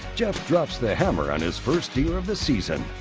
jeff drops the hammer on his first deer of the season.